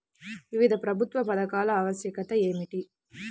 వివిధ ప్రభుత్వ పథకాల ఆవశ్యకత ఏమిటీ?